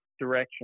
direction